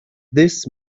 this